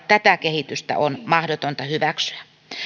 tätä kehitystä on mahdotonta hyväksyä